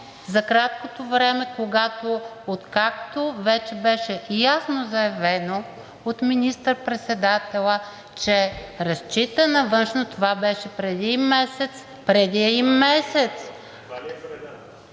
за краткото време, откакто вече беше ясно заявено от министър председателя, че разчита на Външно, това беше преди един месец, преди един месец